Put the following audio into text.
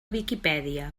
viquipèdia